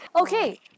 Okay